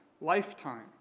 lifetime